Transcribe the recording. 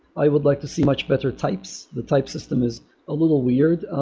i would like to see much better types. the type system is a little weird.